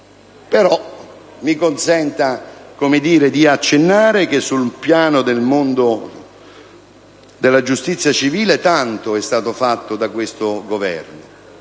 Però, mi consenta di accennare che sul piano della giustizia civile tanto è stato fatto da questo Governo.